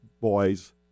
boys